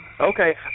Okay